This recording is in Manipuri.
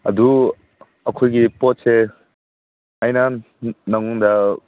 ꯑꯗꯨ ꯑꯩꯈꯣꯏꯒꯤ ꯄꯣꯠꯁꯦ ꯑꯩ ꯅꯍꯥꯟ ꯅꯉꯣꯟꯗ